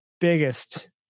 biggest